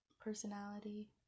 personality